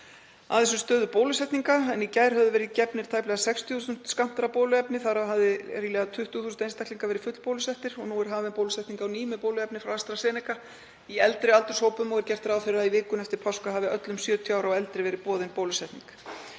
Aðeins um stöðu bólusetninga. Í gær höfðu verið gefnir tæplega 60.000 skammtar af bóluefni og þar af hafa ríflega 20.000 einstaklingar verið fullbólusettir. Nú er hafin bólusetning á ný með bóluefni frá AstraZeneca í eldri aldurshópum og er gert ráð fyrir að í vikunni eftir páska hafi öllum 70 ára og eldri verið boðin bólusetning.